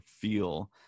feel